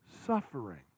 suffering